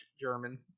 German